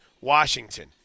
Washington